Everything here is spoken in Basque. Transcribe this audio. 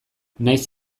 nahiz